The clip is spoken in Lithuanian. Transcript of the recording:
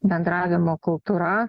bendravimo kultūra